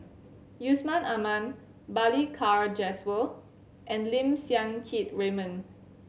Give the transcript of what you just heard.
Yusman Aman Balli Kaur Jaswal and Lim Siang Keat Raymond